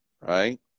right